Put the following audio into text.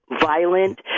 violent